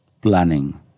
planning